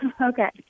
Okay